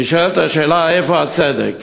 נשאלת השאלה, איפה הצדק?